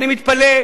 אני מתפלא,